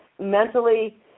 mentally